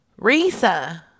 Risa